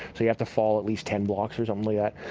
so you have to fall at least ten blocks or something like that.